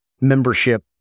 membership